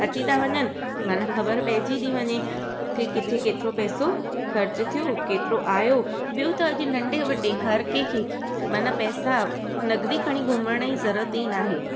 अची था वञनि माना ख़बर पइजी थी वञे कि किथे केतिरो पैसो ख़र्चु थियो केतिरो आहियो ॿियों त अॼु नंढे वॾे हर कंहिंखे माना पैसा नगिदी खणी घुमण जी ज़रूरत ई न आहे